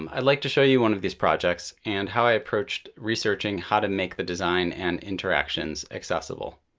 um i'd like to show you one of these projects and how i approached researching how to make the design and interactions accessible.